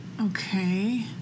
Okay